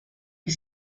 que